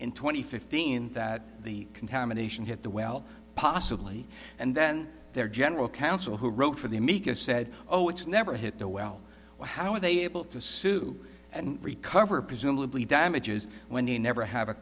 and fifteen that the contamination hit the well possibly and then their general counsel who wrote for the amicus said oh it's never hit the well how were they able to sue and recover presumably damages when they never have a